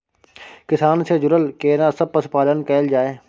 किसान से जुरल केना सब पशुपालन कैल जाय?